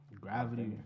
Gravity